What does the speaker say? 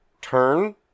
turn